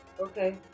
Okay